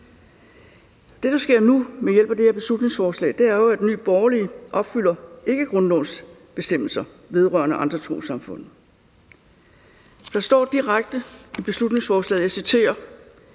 Det, der sker nu ved hjælp af det her beslutningsforslag, er jo, at Nye Borgerlige ikke opfylder grundlovens bestemmelser vedrørende andre trossamfund. Der står direkte i beslutningsforslaget, og jeg citerer: